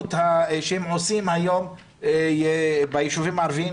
הפעילות שהם עושים היום ביישובים הערביים.